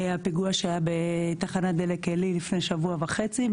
הפיגוע שהיה בתחנת דלק עלי לפני שבוע וחצי.